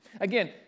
Again